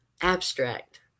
Abstract